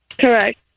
Correct